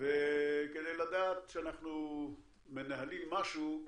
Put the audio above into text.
כדי לדעת שאנחנו מנהלים משהו,